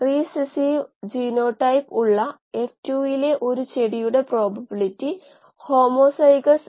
എന്നിട്ട് നിങ്ങൾക്ക് അവ വലിയ തോതിൽ നടപ്പിലാക്കാൻ കഴിയും